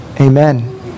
Amen